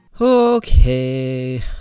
Okay